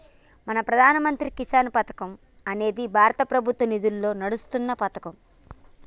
మన ప్రధాన మంత్రి కిసాన్ పథకం అనేది భారత ప్రభుత్వ నిధులతో నడుస్తున్న పతకం